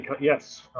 Yes